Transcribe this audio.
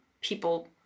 people